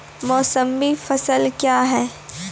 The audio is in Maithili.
मौसमी फसल क्या हैं?